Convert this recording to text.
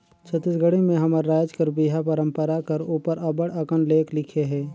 छत्तीसगढ़ी में हमर राएज कर बिहा परंपरा कर उपर अब्बड़ अकन लेख लिखे हे